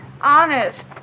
Honest